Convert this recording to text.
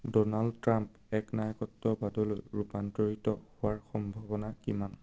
Donald Trump একনায়কত্ববাদলৈ ৰূপান্তৰিত হোৱাৰ সম্ভাৱনা কিমান